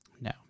No